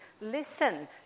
listen